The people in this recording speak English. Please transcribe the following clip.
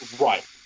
right